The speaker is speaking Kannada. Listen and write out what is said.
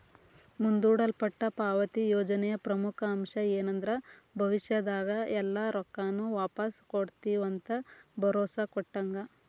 ಮುಂದೂಡಲ್ಪಟ್ಟ ಪಾವತಿ ಯೋಜನೆಯ ಪ್ರಮುಖ ಅಂಶ ಏನಂದ್ರ ಭವಿಷ್ಯದಾಗ ಎಲ್ಲಾ ರೊಕ್ಕಾನು ವಾಪಾಸ್ ಕೊಡ್ತಿವಂತ ಭರೋಸಾ ಕೊಟ್ಟಂಗ